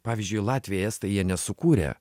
pavyzdžiui latviai estai jie nesukūrė